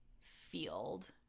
field